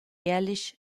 ehrlich